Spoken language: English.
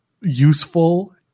useful